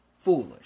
foolish